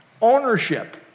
Ownership